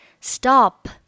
Stop